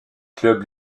club